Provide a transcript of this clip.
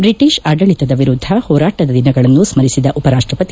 British ಆಡಳಿತದ ವಿರುದ್ದ ಹೋರಾಟದ ದಿನಗಳನ್ನು ಸ್ಲರಿಸಿದ ಉಪರಾಷ್ಟಪತಿ